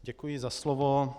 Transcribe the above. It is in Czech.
Děkuji za slovo.